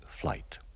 flight